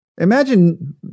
Imagine